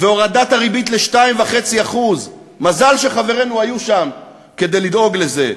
והורדת הריבית ל-2.5% מזל שחברינו היו שם כדי לדאוג לזה,